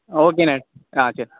ஓகேண்ணே ஆ சரி